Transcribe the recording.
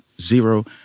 zero